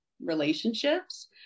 relationships